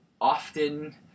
often